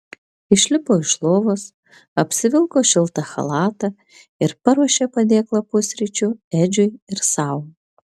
išlipo iš lovos apsivilko šiltą chalatą ir paruošė padėklą pusryčių edžiui ir sau